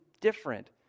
different